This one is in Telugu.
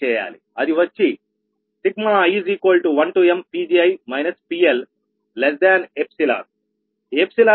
అది వచ్చి i1mPgi PLϵ